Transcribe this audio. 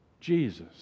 Jesus